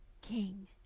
king